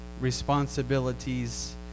responsibilities